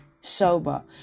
sober